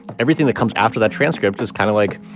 everything that comes after that transcript is kind of like,